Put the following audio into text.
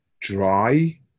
dry